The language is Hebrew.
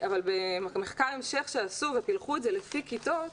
במחקר המשך שעשו ופילחו את זה לפי כיתות,